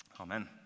Amen